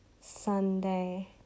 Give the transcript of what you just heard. Sunday